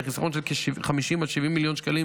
ולחיסכון של כ-50 70 מיליון שקלים